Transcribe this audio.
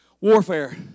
warfare